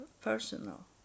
personal